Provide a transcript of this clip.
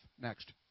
Next